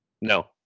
No